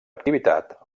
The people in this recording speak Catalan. activitat